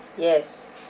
yes